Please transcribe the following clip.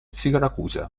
siracusa